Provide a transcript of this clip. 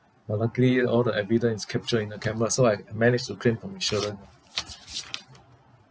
but luckily all the evidence is captured in the camera so I managed to claim from insurance orh